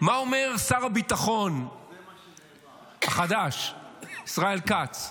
מה אומר שר הביטחון החדש ישראל כץ?